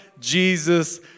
Jesus